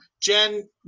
Jen